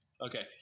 Okay